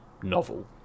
novel